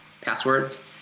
passwords